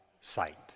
sight